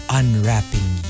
unwrapping